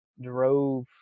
drove